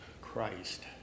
Christ